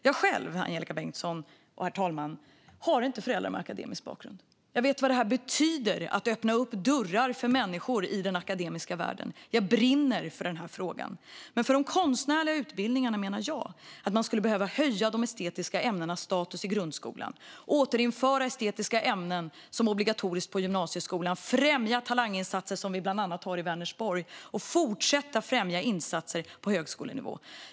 Jag själv, Angelika Bengtsson och herr talman, har inte föräldrar med akademisk bakgrund. Jag vet vad det betyder att öppna dörrar för människor i den akademiska världen. Jag brinner för den här frågan. För de konstnärliga utbildningarna menar jag att man skulle behöva höja de estetiska ämnenas status i grundskolan, återinföra estetiska ämnen som obligatoriska i gymnasieskolan, främja talanginsatser, som vi bland annat har i Vänersborg, och fortsätta att främja insatser på högskolenivå.